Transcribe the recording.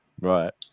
Right